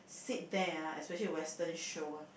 sit there ah especially western show ah